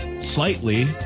slightly